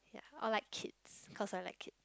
I like kids cause I like kid